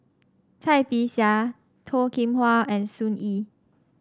Cai Bixia Toh Kim Hwa and Sun Yee